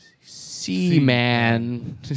Seaman